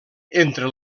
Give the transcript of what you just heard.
entre